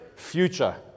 future